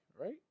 right